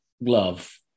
love